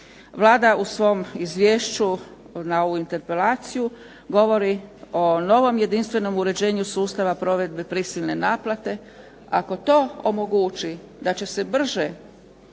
Vlada u svom izvješću na ovu interpelaciju govori o novom jedinstvenom uređenju sustava provedbe prisilne naplate. Ako to omogući da će se brže